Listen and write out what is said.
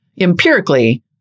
empirically